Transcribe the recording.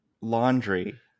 laundry